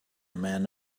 man